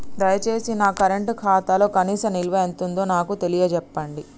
దయచేసి నా కరెంట్ ఖాతాలో కనీస నిల్వ ఎంతుందో నాకు తెలియచెప్పండి